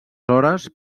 hores